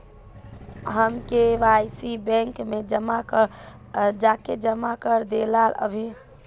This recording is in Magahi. हम के.वाई.सी बैंक में जाके जमा कर देलिए पर अभी तक हमर रुपया उठबे न करे है ओकरा ला हम अब की करिए?